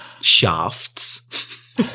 shafts